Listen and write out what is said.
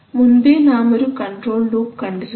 മുൻപേ നാം ഒരു കൺട്രോൾ ലൂപ് കണ്ടിരുന്നു